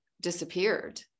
disappeared